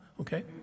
okay